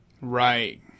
Right